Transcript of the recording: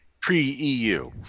pre-EU